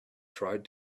tried